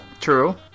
True